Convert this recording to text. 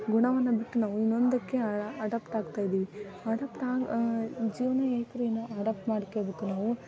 ಗುಣವನ್ನು ಬಿಟ್ಟು ನಾವು ಇನ್ನೊಂದಕ್ಕೆ ಅಡಪ್ಟ್ ಆಗ್ತಾ ಇದ್ದೀವಿ ಅಡಪ್ಟ್ ಜೀವನ ಅಡಪ್ಟ್ ಮಾಡ್ಕಬೇಕು ನಾವು